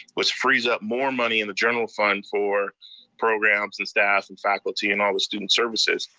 which frees up more money in the general fund for programs, and staff, and faculty, and all the student services.